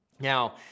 Now